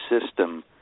system